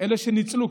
אלו שניצלו,